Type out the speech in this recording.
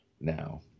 now